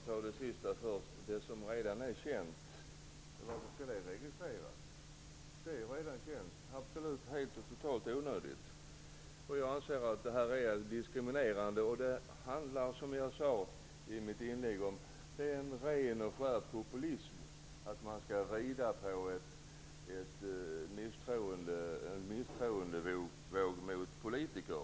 Fru talman! Jag skall ta upp det sistnämnda först. Varför skall man registrera det som redan är känt? Det är absolut totalt onödigt. Jag anser att detta är diskriminerande. Det handlar, som jag sade i mitt tidigare inlägg, om ren och skär populism när man rider på en misstroendevåg mot politiker.